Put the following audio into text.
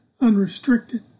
unrestricted